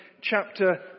chapter